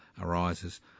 arises